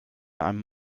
einem